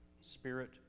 spirit